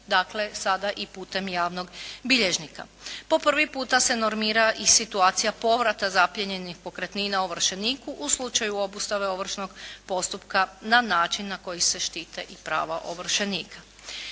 dakle sada i putem javnog bilježnika. Po prvi puta se normira i situacija povrata zaplijenjenih pokretnina ovršeniku u slučaju obustave ovršnog postupka na način na koji se štite i prava ovršenika.